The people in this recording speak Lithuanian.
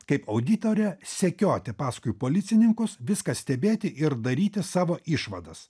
kaip auditorė sekioti paskui policininkus viską stebėti ir daryti savo išvadas